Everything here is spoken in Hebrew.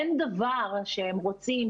אין דבר שהם רוצים,